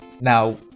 Now